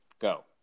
go